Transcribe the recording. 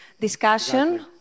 discussion